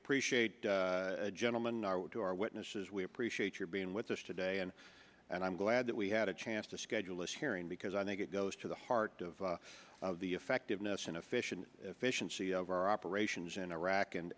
appreciate a gentleman to our witnesses we appreciate your being with us today and and i'm glad that we had a chance to schedule as he because i think it goes to the heart of the effectiveness and efficiency efficiency of our operations in iraq and